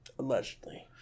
Allegedly